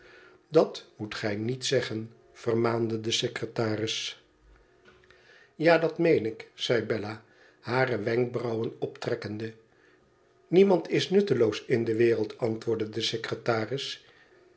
dat moet gij niet zeggen vermaande de secretaris ja dat meen ik zei bella hare wenkbrauwen optrekkende niemand is nutteloos in de wereld antwoordde de secretaris